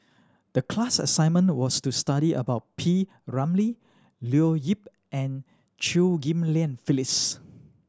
the class assignment was to study about P Ramlee Leo Yip and Chew Ghim Lian Phyllis